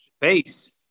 face